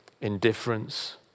indifference